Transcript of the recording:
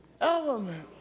element